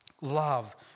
Love